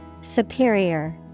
Superior